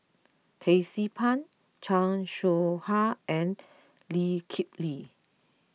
Tracie Pang Chan Soh Ha and Lee Kip Lee